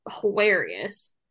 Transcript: Hilarious